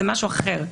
זה משהו אחר.